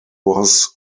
was